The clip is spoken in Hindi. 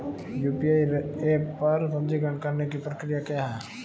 यू.पी.आई ऐप पर पंजीकरण करने की प्रक्रिया क्या है?